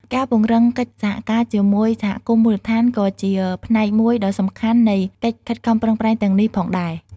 ការពង្រឹងកិច្ចសហការជាមួយសហគមន៍មូលដ្ឋានក៏ជាផ្នែកមួយដ៏សំខាន់នៃកិច្ចខិតខំប្រឹងប្រែងទាំងនេះផងដែរ។